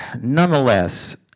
Nonetheless